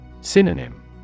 Synonym